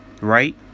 right